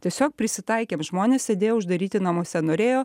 tiesiog prisitaikėm žmonės sėdėjo uždaryti namuose norėjo